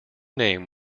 name